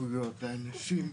זכויות האנשים,